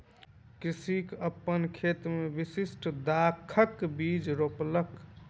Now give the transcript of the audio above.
कृषक अपन खेत मे विशिष्ठ दाखक बीज रोपलक